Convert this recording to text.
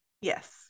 yes